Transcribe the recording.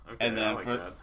Okay